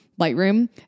Lightroom